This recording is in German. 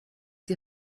die